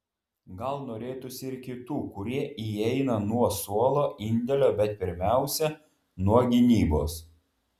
gal norėtųsi ir kitų kurie įeina nuo suolo indėlio bet pirmiausia nuo gynybos